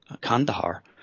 Kandahar